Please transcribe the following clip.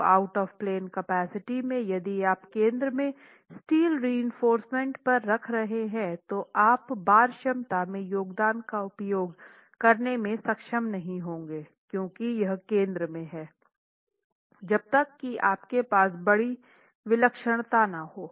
तो out of plane capacity में यदि आप केंद्र में स्टील रीइंफोर्स्मेंट को रख रहे हैं तो आप बार क्षमता में योगदान का उपयोग करने में सक्षम नहीं होंगे क्योंकि यह केंद्र में है जब तक कि आपके पास बड़ी विलक्षणता न हो